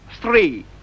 three